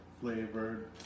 flavored